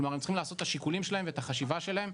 כלומר הם צריכים לעשות את השיקולים שלהם ואת החשיבה שלהם,